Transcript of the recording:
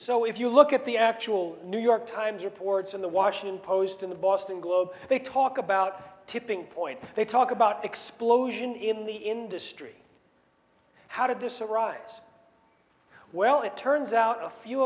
so if you look at the actual new york times reports in the washington post in the boston globe they talk about tipping point they talk about explosion in the industry how did this arrives well it turns out a few